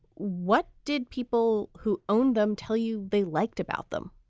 what did people who owned them tell you they liked about them?